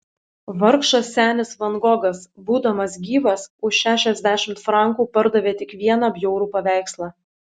vargšas senis van gogas būdamas gyvas už šešiasdešimt frankų pardavė tik vieną bjaurų paveikslą